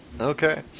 okay